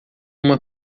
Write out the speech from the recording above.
uma